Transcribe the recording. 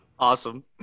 awesome